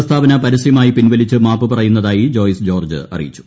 പ്രസ്താവന പരസ്യമായി പിൻവലിച്ച് മാപ്പ് പറയുന്നതായി ജോയ്സ് ജോർജ് അറിയിച്ചു